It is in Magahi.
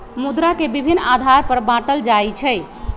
मुद्रा के विभिन्न आधार पर बाटल जाइ छइ